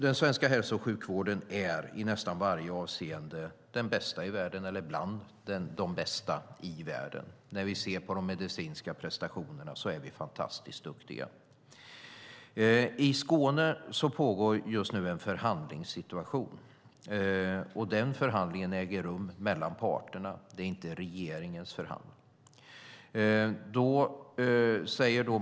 Den svenska hälso och sjukvården är i nästan varje avseende den bästa i världen eller bland de bästa i världen. Vi är fantastiskt duktiga när det gäller de medicinska prestationerna. I Skåne råder just nu en förhandlingssituation. Den förhandlingen äger rum mellan parterna. Det är inte regeringens förhandling.